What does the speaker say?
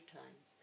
times